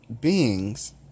beings